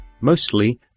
Mostly